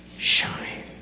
Shine